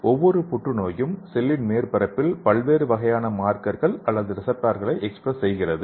ஒவ்வொரு புற்றுநோயும் செல்லின் மேற்பரப்பில் பல்வேறு வகையான மார்க்கர்கள் அல்லது ரிசப்டார்களை எக்ஸ்பிரஸ் செய்கிறது